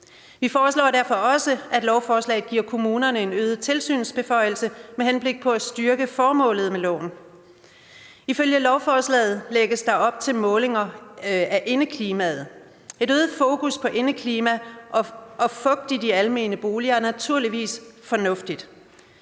Vi foreslår derfor også, at lovforslaget giver kommunerne en øget tilsynsbeføjelse med henblik på at styrke formålet med loven. Ifølge lovforslaget lægges der op til målinger af indeklimaet. Et øget fokus på indeklimaet og fugt i almene boliger er naturligvis fornuftigt.